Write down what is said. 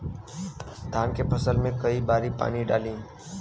धान के फसल मे कई बारी पानी डाली?